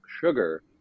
sugar